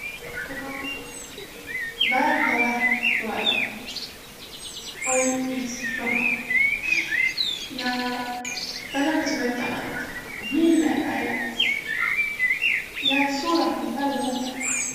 Kunagi väega kavvõh tulõvikuh oll' üts robot ja tä nakas' mõtlõma, et mille tä eläs ja tä es suudaki tuud vällä mõtõldaq.